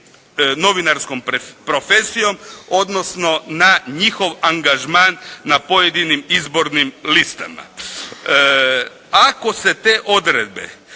novinarskom profesijom odnosno na njihov angažman na pojedinim izbornim listama. Ako se te odredbe